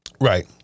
right